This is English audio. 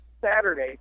saturday